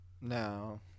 No